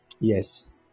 Yes